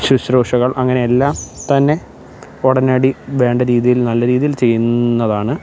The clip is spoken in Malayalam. ശുശ്രൂഷകള് അങ്ങനെ എല്ലാം തന്നെ ഉടനടി വേണ്ട രീതിയില് നല്ല രീതിയില് ചെയ്യുന്നതാണ്